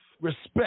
Respect